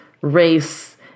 race